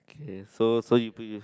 K so so you too used